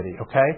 okay